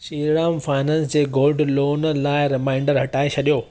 Shriram finance जे gold loan लाइ reminder हटाए छॾियो